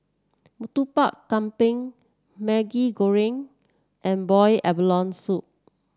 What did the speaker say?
Murtabak Kambing Maggi Goreng and Boiled Abalone Soup